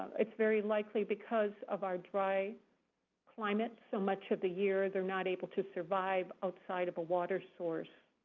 it's very likely, because of our dry climate, so much of the year they're not able to survive outside of a water source.